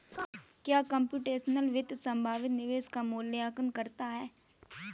क्या कंप्यूटेशनल वित्त संभावित निवेश का मूल्यांकन करता है?